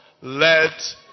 Let